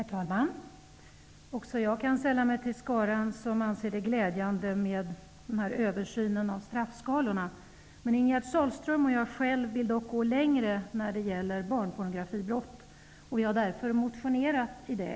Herr talman! Också jag kan sälla mig till skaran som anser det glädjande att en översyn av straffskalorna har kommit till stånd. Ingegerd Sahlström och jag vill dock gå längre när det gäller barnpornografibrott. Vi har därför väckt en motion i ämnet.